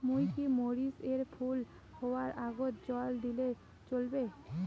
মুই কি মরিচ এর ফুল হাওয়ার আগত জল দিলে চলবে?